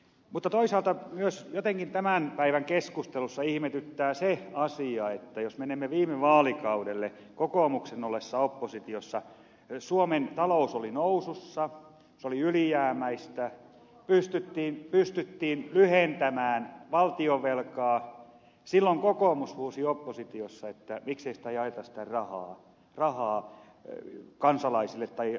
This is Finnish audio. mutta toisaalta myös jotenkin tämän päivän keskustelussa ihmetyttää se asia että jos menemme viime vaalikaudelle kokoomuksen ollessa oppositiossa suomen talous oli nousussa se oli ylijäämäistä pystyttiin lyhentämään valtionvelkaa silloin kokoomus huusi oppositiossa miksei jaeta sitä rahaa kansalaisille tai laiteta kulutukseen